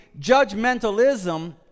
judgmentalism